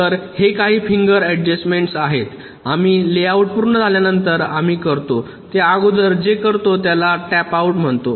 तर हे काही फिंगर अडजस्टमेंट्स आहेत आम्ही लेआउट पूर्ण झाल्यानंतर आम्ही करतोत्या अगोदर जे करतो त्याला टेपआउट म्हणतो